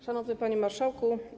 Szanowny Panie Marszałku!